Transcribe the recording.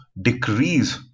decrease